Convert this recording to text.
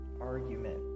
argument